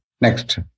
Next